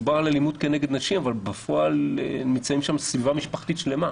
מדובר על אלימות כנגד נשים אבל בפועל נמצאת שם סביבה משפחתית שלמה.